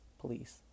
police